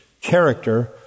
character